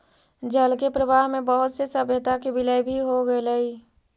जल के प्रवाह में बहुत से सभ्यता के विलय भी हो गेलई